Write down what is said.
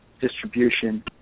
distribution